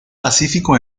pacífico